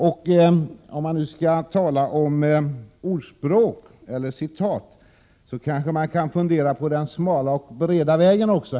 Om man nu skall använda sig av ordspråk eller citat, så kanske man kunde fundera över den smala och den breda vägen, herr Rydén.